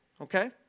Okay